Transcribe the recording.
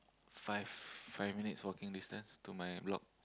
five five minutes walking distance to my block